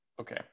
okay